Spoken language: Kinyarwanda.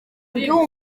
ndyumva